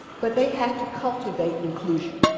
but they have to cultivate inclusion.